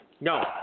No